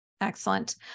Excellent